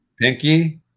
Pinky